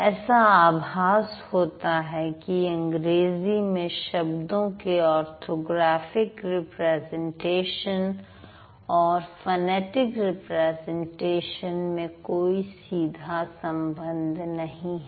ऐसा आभास होता है कि अंग्रेजी में शब्दों के ऑर्थोग्राफिक रिप्रेजेंटेशन और फनेटिक रिप्रेजेंटेशन में कोई सीधा संबंध नहीं है